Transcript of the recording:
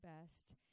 best